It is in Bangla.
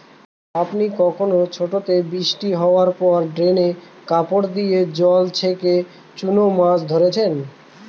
আপনি কখনও ছোটোতে বৃষ্টি হাওয়ার পর ড্রেনে কাপড় দিয়ে জল ছেঁকে চুনো মাছ ধরেছেন?